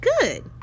good